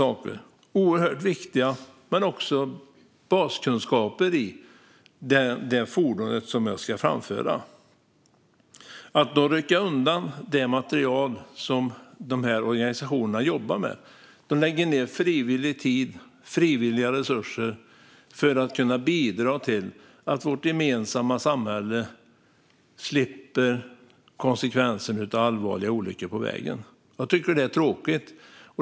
Det är oerhört viktiga baskunskaper för de fordon som de ska framföra. Nu rycker man undan det material som dessa organisationer jobbar med. De lägger ned frivillig tid och frivilliga resurser för att kunna bidra till att vårt gemensamma samhälle ska slippa konsekvenserna av allvarliga olyckor på vägen. Jag tycker att det är tråkigt.